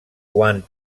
quant